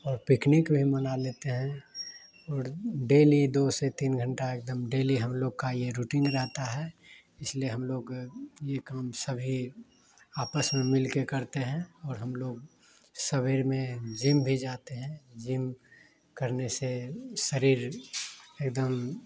और पिकनिक भी मना लेते हैं और डेली दो से तीन घंटे एक दम डेली हम लोग का यह रूटीन रहता है इसलिए हम लोग यह काम सभी आपस में मिलकर करते हैं और हम लोग सवेरे में जिम भी जाते हैं जिम करने से शरीर एक दम